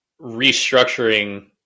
restructuring